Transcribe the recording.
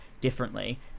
differently